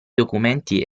documenti